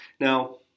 Now